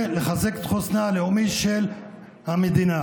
ולחזק את חוסנה הלאומי של המדינה.